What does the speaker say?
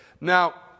Now